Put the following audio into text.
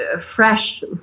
fresh